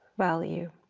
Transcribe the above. value.